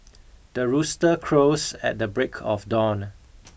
the rooster crows at the break of dawn